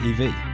EV